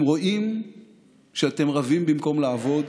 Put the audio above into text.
הם רואים שאתם רבים במקום לעבוד,